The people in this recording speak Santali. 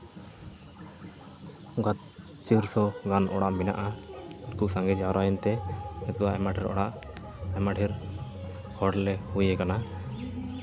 ᱚᱝᱠᱟ ᱪᱟᱹᱨᱥᱚ ᱜᱟᱱ ᱚᱲᱟᱜ ᱢᱮᱱᱟᱜᱼᱟ ᱩᱱᱠᱩ ᱠᱚ ᱥᱟᱸᱜᱮ ᱡᱟᱣᱨᱟᱭᱮᱱ ᱛᱮ ᱱᱤᱛ ᱫᱚ ᱟᱭᱢᱟ ᱰᱷᱮᱨ ᱚᱲᱟᱜ ᱟᱭᱢᱟ ᱰᱷᱮᱨ ᱦᱚᱲ ᱞᱮ ᱦᱩᱭᱟᱠᱟᱱᱟ